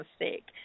mistake